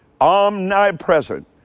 Omnipresent